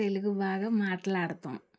తెలుగు బాగా మాట్లాడతాము